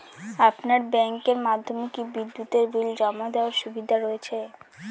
আপনার ব্যাংকের মাধ্যমে কি বিদ্যুতের বিল জমা দেওয়ার সুবিধা রয়েছে?